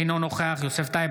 אינו נוכח יוסף טייב,